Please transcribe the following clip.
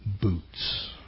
boots